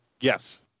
Yes